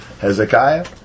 Hezekiah